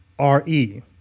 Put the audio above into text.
RE